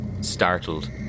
Startled